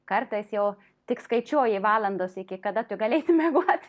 kartais jau tik skaičiuoji valandas iki kada tu galėsi miegoti